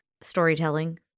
storytelling